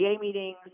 meetings